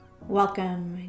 Welcome